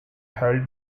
held